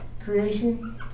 creation